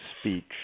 speech